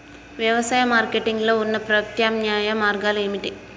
వ్యవసాయ మార్కెటింగ్ లో ఉన్న ప్రత్యామ్నాయ మార్గాలు ఏమిటి?